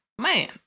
man